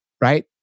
right